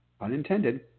unintended